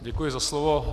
Děkuji za slovo.